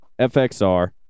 fxr